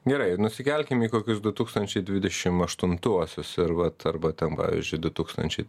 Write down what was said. gerai nusikelkim į kokius du tūkstančiai dvidešimt aštuntuosius ir vat arba ten pavyzdžiui du tūkstančiai